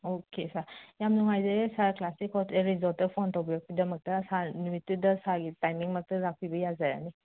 okay sir ꯌꯥꯝꯅ ꯅꯨꯡꯉꯥꯏꯖꯔꯦ sir classic hotel ꯔꯤꯖꯣꯔꯠꯇ ꯐꯣꯟ ꯇꯧꯕꯤꯔꯛꯄꯒꯤꯗꯃꯛꯇ ꯁꯥꯔ ꯅꯨꯃꯤꯠꯇꯨꯗ ꯁꯥꯔꯒꯤ ꯇꯥꯏꯃꯤꯡ ꯃꯛꯇ ꯂꯥꯛꯄꯤꯕ ꯌꯥꯖꯔꯅꯤ